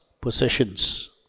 possessions